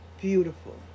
beautiful